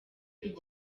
igira